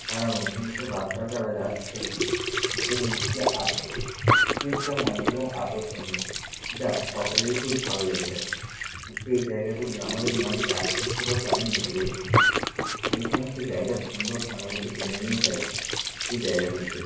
তারা নতুন নতুন রাস্তার দ্বারা যাচ্ছে সেগুলি খুবই আকৃষ্টময় এবং আকর্ষণীয় যা সকলেরই খুব ভালো লেগে থাকে যেই জায়গাগুলি আমাদের মনকে আকৃষ্ট করে তাদের নিজেদের প্রতি এই সমস্ত জায়গার সৌন্দর্য টেনে নিয়ে যায় এই জায়গাগুলিতে